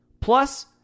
plus